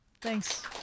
Thanks